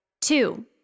Two